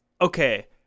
Okay